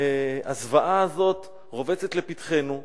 הזוועה הזאת רובצת לפתחנו,